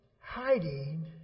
hiding